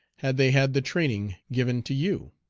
had they had the training given to you.